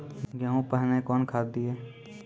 गेहूँ पहने कौन खाद दिए?